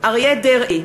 אריה דרעי,